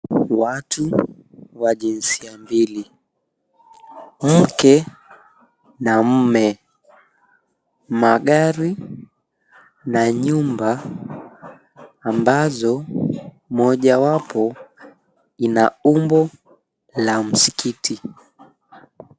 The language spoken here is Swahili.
Watu wa jinsia mbili, mke na mme. Magari na nyumba ambazo, mojawapo ina umbo la msikiti.